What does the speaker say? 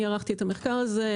אני ערכתי את המחקר הזה.